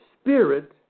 spirit